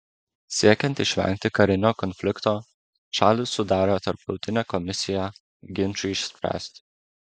siekiant išvengti karinio konflikto šalys sudarė tarptautinę komisiją ginčui išspręsti